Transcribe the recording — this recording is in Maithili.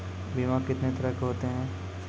बीमा कितने तरह के होते हैं?